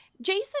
Jason